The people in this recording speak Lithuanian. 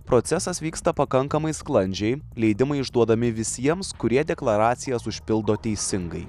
procesas vyksta pakankamai sklandžiai leidimai išduodami visiems kurie deklaracijas užpildo teisingai